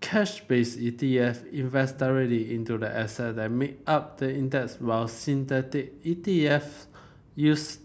cash based E T F invest directly into the asset that make up the index while synthetic E T F use